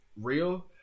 real